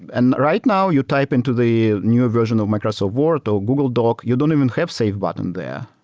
and right now, you type into the new version of microsoft word or google doc, you don't even have save button there,